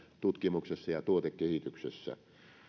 tutkimuksessa ja tuotekehityksessä